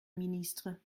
ministre